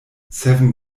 seven